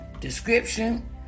description